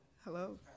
Hello